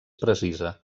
precisa